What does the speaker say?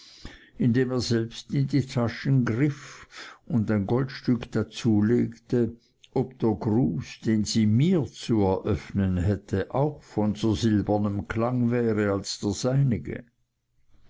indem er selbst in die tasche griff und ein goldstück dazulegte ob der gruß den sie mir zu eröffnen hätte auch von so silbernem klang wäre als der seinige